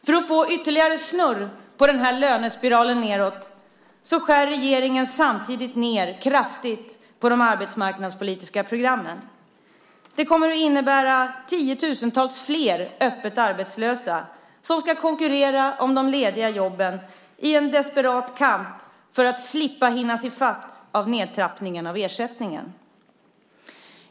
För att få ytterligare snurr på den här lönespiralen nedåt skär regeringen samtidigt ned kraftigt på de arbetsmarknadspolitiska programmen. Det kommer att innebära tiotusentals flera öppet arbetslösa som ska konkurrera om de lediga jobben i en desperat kamp för att slippa hinnas i fatt av nedtrappningen av ersättningen.